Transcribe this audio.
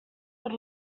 per